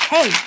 Hey